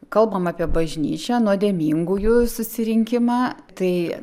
kalbam apie bažnyčią nuodėmingųjų susirinkimą tai